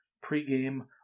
pre-game